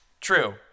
True